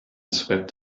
swept